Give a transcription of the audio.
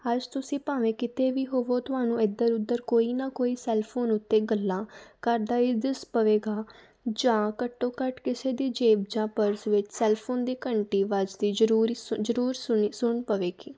ਅੱਜ ਤੁਸੀਂ ਭਾਵੇਂ ਕਿਤੇ ਵੀ ਹੋਵੋ ਤੁਹਾਨੂੰ ਇੱਧਰ ਉੱਧਰ ਕੋਈ ਨਾ ਕੋਈ ਸੈੱਲ ਫੋਨ ਉੱਤੇ ਗੱਲਾਂ ਕਰਦਾ ਵੀ ਦਿਸ ਪਵੇਗਾ ਜਾਂ ਘੱਟੋ ਘੱਟ ਕਿਸੇ ਦੀ ਜੇਬ ਜਾਂ ਪਰਸ ਵਿੱਚ ਸੈੱਲ ਫੋਨ ਦੀ ਘੰਟੀ ਵੱਜਦੀ ਜ਼ਰੂਰੀ ਸੁਨ ਜ਼ਰੂਰ ਸੁਣੀ ਸੁਣ ਪਵੇਗੀ